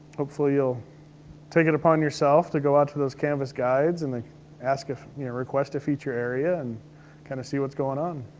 hopefully you'll take it upon yourself to go out to those canvas guides and then ask a. you know, request a feature area and kind of see what's going on.